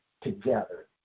together